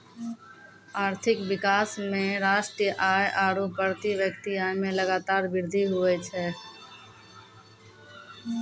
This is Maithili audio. आर्थिक विकास मे राष्ट्रीय आय आरू प्रति व्यक्ति आय मे लगातार वृद्धि हुवै छै